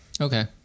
Okay